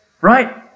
Right